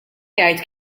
jgħid